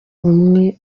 bumwe